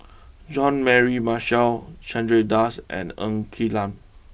Jean Mary Marshall Chandra Das and Ng Quee Lam